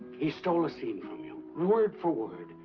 he stole a scene from you. word for word!